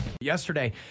Yesterday